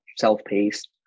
self-paced